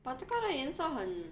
but 这个的颜色很